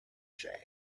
said